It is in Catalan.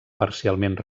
parcialment